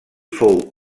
fou